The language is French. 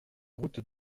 route